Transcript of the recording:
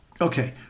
Okay